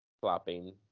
flopping